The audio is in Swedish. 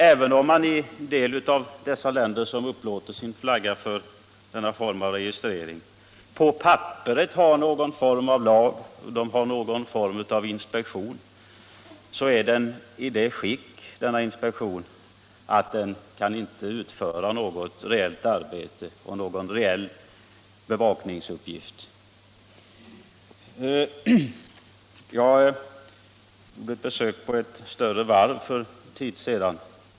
Även om man i en del av de länder som upplåter sin flagga för ifrågavarande form av registrering på papperet har någon form av lag och någon form av inspektion, så är deras institutioner i sådant skick att de inte kan. utföra något rejält arbete eller någon rejäl bevakningsuppgift. Jag besökte ett större varv för en tid sedan.